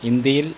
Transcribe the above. ഇന്ത്യയിൽ